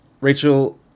Rachel